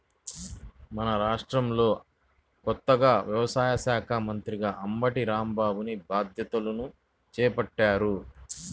మన రాష్ట్రంలో కొత్తగా వ్యవసాయ శాఖా మంత్రిగా అంబటి రాంబాబుని బాధ్యతలను చేపట్టారు